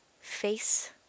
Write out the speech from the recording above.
face